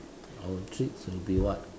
our kids will be what